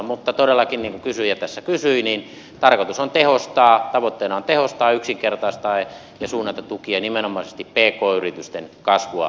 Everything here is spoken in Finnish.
mutta todellakin niin kuin kysyjä tässä kysyi niin tavoitteena on tehostaa yksinkertaistaa ja suunnata tukia nimenomaisesti pk yritysten kasvua